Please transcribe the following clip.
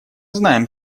знаем